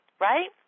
right